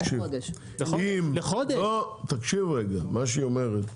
מה שהיא אומרת זה